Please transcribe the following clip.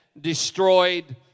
destroyed